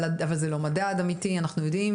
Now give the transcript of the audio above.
אבל זה לא מדד אמיתי, אנחנו יודעים